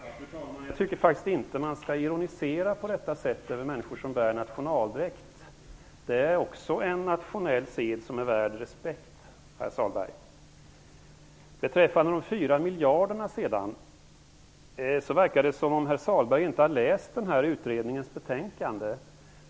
Fru talman! Jag tycker faktiskt inte att man skall ironisera på detta sätt över människor som bär nationaldräkt. Det är en nationell sed som är också värd respekt, herr Sahlberg. Beträffande de 4 miljarderna verkar det som att herr Sahlberg inte har läst utredningens betänkande.